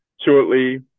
Shortly